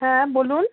হ্যাঁ বলুন